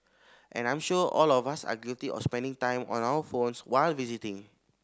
and I'm sure all of us are guilty of spending time on our phones while visiting